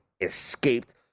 escaped